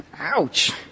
Ouch